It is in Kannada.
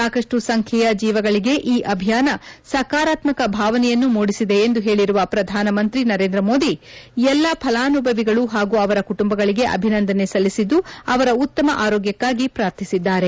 ಸಾಕಷ್ಟು ಸಂಖ್ಯೆಯ ಜೀವಗಳಿಗೆ ಈ ಅಭಿಯಾನ ಸಕಾರಾತ್ತಕ ಭಾವನೆಯನ್ನು ಮೂಡಿಸಿದೆ ಎಂದು ಹೇಳಿರುವ ಪ್ರಧಾನಮಂತ್ರಿ ನರೇಂದ್ರ ಮೋದಿ ಎಲ್ಲ ಫಲಾನುಭವಿಗಳು ಹಾಗೂ ಅವರ ಕುಟುಂಬಗಳಿಗೆ ಅಭಿನಂದನೆ ಸಲ್ಲಿಸಿದ್ದು ಅವರ ಉತ್ತಮ ಆರೋಗ್ದಕ್ಕಾಗಿ ಪ್ರಾರ್ಥಿಸಿದ್ದಾರೆ